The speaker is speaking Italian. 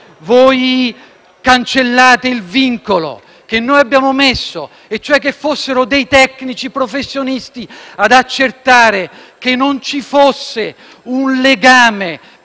Voi cancellate il vincolo che noi abbiamo messo e cioè che fossero dei tecnici professionisti ad accertare che non ci fosse un legame